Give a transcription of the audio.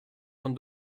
von